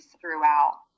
throughout